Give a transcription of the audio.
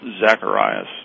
Zacharias